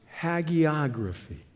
Hagiography